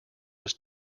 was